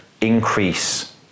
increase